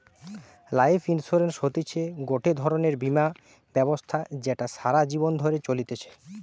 life insurance হতিছে গটে ধরণের বীমা ব্যবস্থা যেটা সারা জীবন ধরে চলতিছে